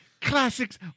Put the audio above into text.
classics